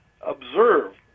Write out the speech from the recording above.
observe